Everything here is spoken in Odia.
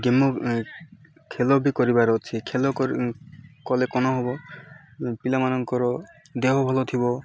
ଗେମ୍ ଖେଲ ବି କରିବାର ଅଛି ଖେଲ କଲେ କ'ଣ ହେବ ପିଲାମାନଙ୍କର ଦେହ ଭଲ ଥିବ